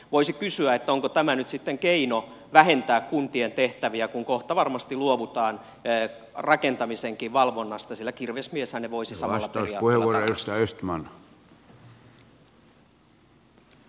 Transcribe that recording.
voisi kysyä onko tämä nyt sitten keino vähentää kuntien tehtäviä kun kohta varmasti luovutaan rakentamisenkin valvonnasta sillä kirvesmieshän ne voisi samalla periaatteella tarkastaa